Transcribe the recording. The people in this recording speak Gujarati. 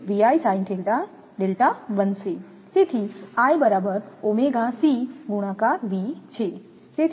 છે □ તેથી I બરાબર ઓમેગા c ગુણાકાર V છે